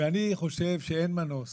אני חושב שאין מנוס